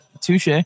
Touche